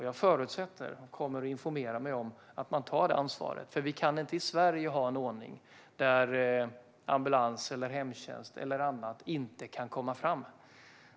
Jag förutsätter, och kommer att informera mig om, att man tar detta ansvar, eftersom vi i Sverige inte kan ha en ordning där ambulans, hemtjänst eller andra inte kan komma fram.